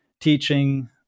teaching